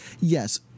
yes